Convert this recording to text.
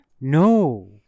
no